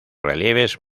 relieves